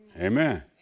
Amen